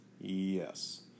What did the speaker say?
Yes